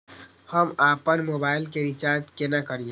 हम आपन मोबाइल के रिचार्ज केना करिए?